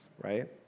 right